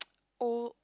old